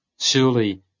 Surely